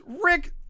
Rick